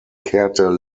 kehrte